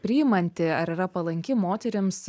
priimanti ar yra palanki moterims